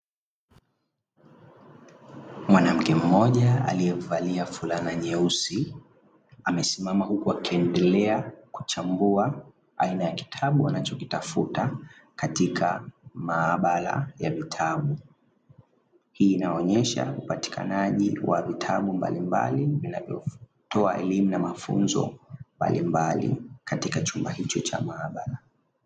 Mwanamke mmoja aliyevalia fulana nyeusi, amesimama huku akiendelea kuchambua aina ya kitabu anachokitafuta katika maabara ya vitabu. Hii inaonyesha upatikanaji wa vitabu mbalimbali; vinavyotoa elimu na mafunzo mbalimbali katika chumba hicho cha maabara.